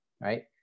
right